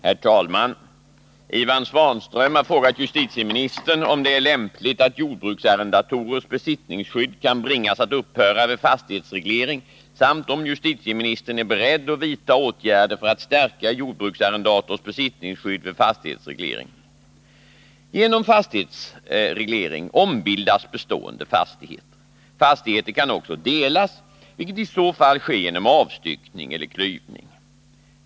Herr talman! Ivan Svanström har frågat justitieministern om det är lämpligt att jordbruksarrendatorers besittningsskydd kan bringas att upphöra vid fastighetsreglering samt om justitieministern är beredd att vidta åtgärder för att stärka jordbruksarrendatorns besittningsskydd vid fastighetsreglering. Genom fastighetsreglering ombildas bestående fastigheter. Fastigheter kan också delas, vilket i så fall sker genom avstyckning eller klyvning.